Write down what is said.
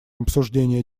обсуждение